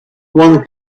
one